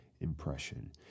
impression